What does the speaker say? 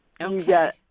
Okay